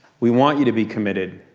we want you to be committed.